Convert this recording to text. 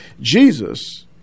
Jesus